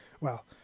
Well